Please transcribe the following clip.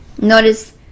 Notice